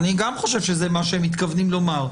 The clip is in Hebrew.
גם אני חושב שזה מה שהם מתכוונים לומר.